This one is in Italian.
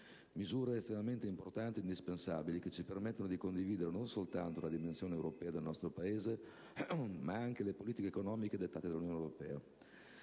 misure estremamente importanti e indispensabili, che ci permettono di condividere non soltanto la dimensione europea del nostro Paese, ma anche le politiche economiche dettate dall'Unione europea.